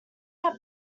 have